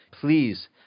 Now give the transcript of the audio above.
Please